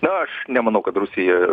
na aš nemanau kad rusija